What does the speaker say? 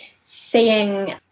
seeing